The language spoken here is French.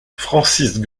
francis